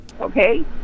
Okay